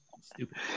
stupid